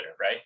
right